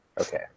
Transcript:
okay